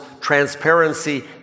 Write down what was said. transparency